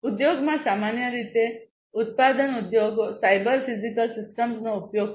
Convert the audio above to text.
ઉદ્યોગમાં સામાન્ય રીતે ઉત્પાદન ઉદ્યોગો સાયબર ફિઝિકલ સિસ્ટમ્સનો ઉપયોગ કરશે